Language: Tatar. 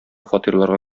фатирларга